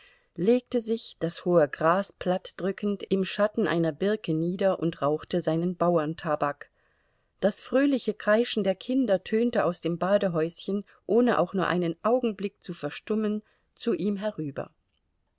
legte sich das hohe gras plattdrückend im schatten einer birke nieder und rauchte seinen bauerntabak das fröhliche kreischen der kinder tönte aus dem badehäuschen ohne auch nur einen augenblick zu verstummen zu ihm herüber